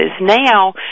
Now